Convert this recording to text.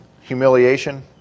Humiliation